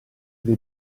dei